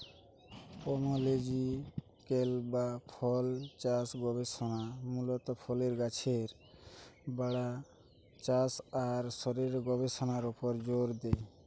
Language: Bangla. পোমোলজিক্যাল বা ফলচাষ গবেষণা মূলত ফলের গাছের বাড়া, চাষ আর শরীরের গবেষণার উপর জোর দেয়